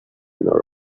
nor